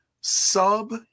sub